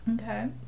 Okay